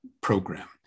program